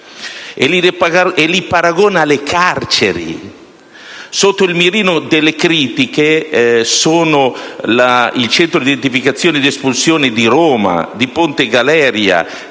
e paragonati alle carceri. Sotto il mirino delle critiche è il centro di identificazione ed espulsione di Ponte Galeria